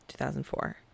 2004